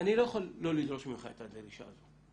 אני לא יכול לא לדרוש ממך את הדרישה הזו.